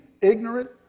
ignorant